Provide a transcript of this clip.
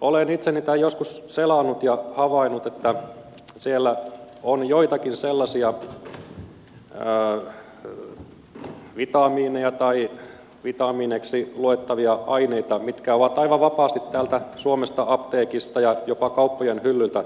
olen itse niitä joskus selannut ja havainnut että siellä on joitakin sellaisia vitamiineja tai vitamiineiksi luettavia aineita mitkä ovat aivan vapaasti täältä suomesta apteekista ja jopa kauppojen hyllyiltä